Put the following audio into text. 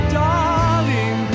darling